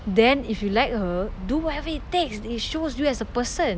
then if you like her do whatever it takes it shows you as a person